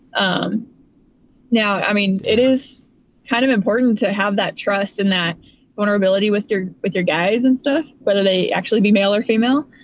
um now, i mean, it is kind of important to have that trust in that vulnerability with your with your guys and stuff. whether they actually be male or female.